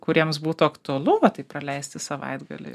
kuriems būtų aktualu va taip praleisti savaitgalį